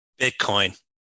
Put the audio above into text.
Bitcoin